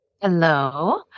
Hello